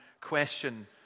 question